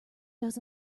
does